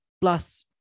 plus